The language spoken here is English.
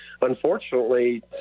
Unfortunately